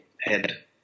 head